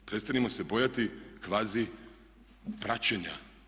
Prestanimo se bojati kvazi praćenja.